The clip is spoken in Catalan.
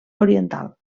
oriental